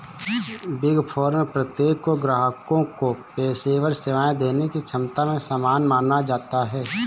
big four में प्रत्येक को ग्राहकों को पेशेवर सेवाएं देने की क्षमता में समान माना जाता है